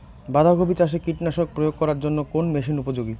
বাঁধা কপি চাষে কীটনাশক প্রয়োগ করার জন্য কোন মেশিন উপযোগী?